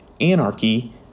anarchy